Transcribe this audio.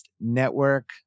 Network